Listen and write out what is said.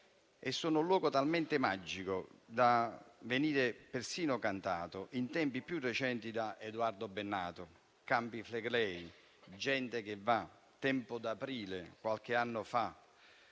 e sono un luogo talmente magico da venire persino cantato in tempi più recenti da Edoardo Bennato: «Campi Flegrei, gente che va; tempo d'aprile, qualche anno fa;